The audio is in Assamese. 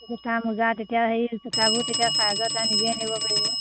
জোতা মোজা তেতিয়া সেই জোতাবোৰ তেতিয়া চাইজৰ তেতিয়া তাই নিজেই আনিব পাৰিব